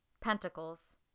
Pentacles